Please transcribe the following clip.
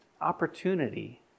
opportunity